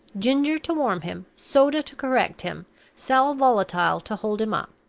ginger to warm him soda to correct him sal volatile to hold him up.